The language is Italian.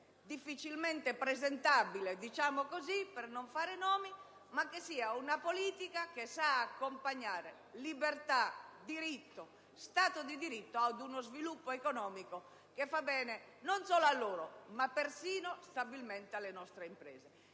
difficilmente presentabile, per non fare nomi - ma una politica che sappia accompagnare libertà, diritto e Stato di diritto ad uno sviluppo economico che fa bene non soltanto ai Paesi, ma perfino, stabilmente, alle nostre imprese.